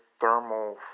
thermal